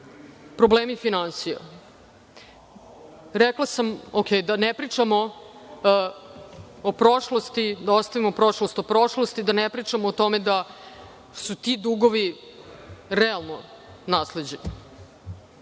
problemi finansija. Rekla sam da ne pričamo o prošlosti, da ostavimo prošlost u prošlosti, da ne pričamo o tome da su ti dugovi realno nasleđeni,